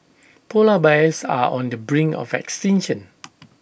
Polar Bears are on the brink of extinction